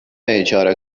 اجاره